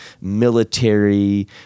military